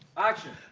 action!